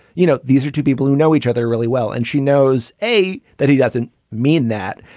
you know, these are two people who know each other really well. and she knows, a, that he doesn't mean that.